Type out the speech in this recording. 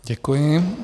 Děkuji.